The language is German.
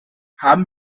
haben